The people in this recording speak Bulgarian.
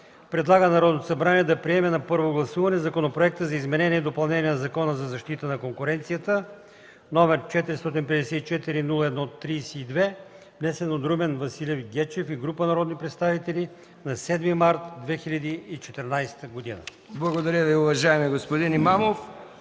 предлага на Народното събрание да приеме на първо гласуване Законопроект за изменение и допълнение на Закона за защита на конкуренцията, № 454-01-32, внесен от Румен Василев Гечев и група народни представители на 7 март 2014 г.” ПРЕДСЕДАТЕЛ МИХАИЛ МИКОВ: Благодаря Ви, уважаеми господин Имамов.